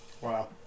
Wow